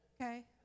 Okay